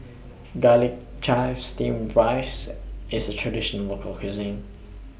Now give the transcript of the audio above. Garlic Chives Steamed Rice IS Traditional Local Cuisine